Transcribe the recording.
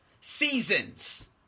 Seasons